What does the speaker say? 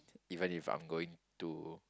even if I'm going to